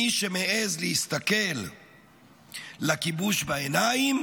מי שמעז להסתכל לכיבוש בעיניים